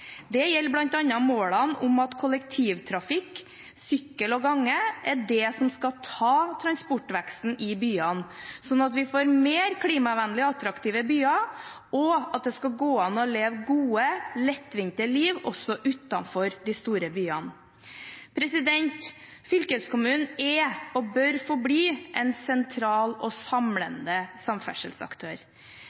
Det gjelder bl.a. målene om at kollektivtrafikk, sykkel og gange er det som skal ta transportveksten i byene, sånn at vi får mer klimavennlige, attraktive byer, og at det skal gå an å leve gode, lettvinte liv også utenfor de store byene. Fylkeskommunen er og bør forbli en sentral og samlende samferdselsaktør.